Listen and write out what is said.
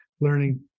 learning